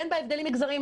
ואין בה הבדלים מגזריים,